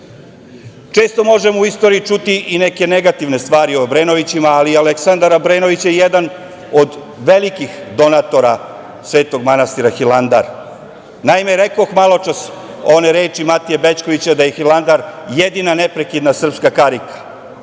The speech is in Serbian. možemo u istoriji čuti i neke negativne stvari o Obrenovićima, ali i Aleksandar Obrenović je jedan od velikih donatora Svetog manastira Hilandar. Naime, rekoh maločas one reči Matije Bećkovića da je Hilandar jedina neprekidna srpska karika.